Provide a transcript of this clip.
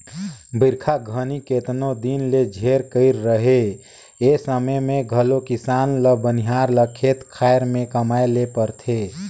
बरिखा घनी केतनो दिन ले झेर कइर रहें ए समे मे घलो किसान ल बनिहार ल खेत खाएर मे कमाए ले परथे